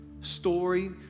story